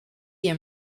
him